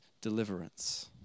deliverance